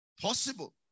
Possible